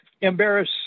embarrass